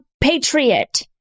Patriot